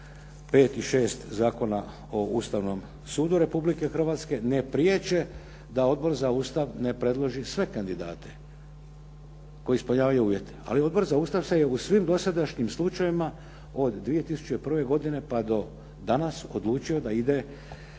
5. i 6. Zakona o Ustavnom sudu Republike Hrvatske ne priječe da Odbor za Ustav ne predloži sve kandidate koji ispunjavaju uvjete. Ali Odbor za Ustav se je u svim dosadašnjim slučajevima od 2001. godine pa do danas odlučio da ide prema